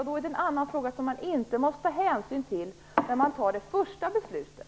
Det blir då en annan fråga, som man inte måste ta hänsyn till när man fattar det första beslutet.